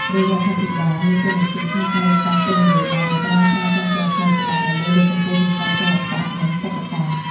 រាជរដ្ឋាភិបាលមានតួនាទីក្នុងការរៀបចំគោលនយោបាយ និងផ្តល់ការគាំទ្រផ្នែកច្បាប់ដើម្បីលើកកម្ពស់វិស័យសិល្បៈនិងសិប្បកម្ម។